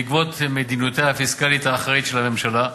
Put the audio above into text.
בעקבות מדיניותה הפיסקלית האחראית של הממשלה.